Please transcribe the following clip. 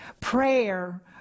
Prayer